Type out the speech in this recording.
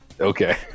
Okay